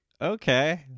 okay